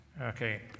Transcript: Okay